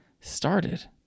started